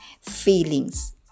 feelings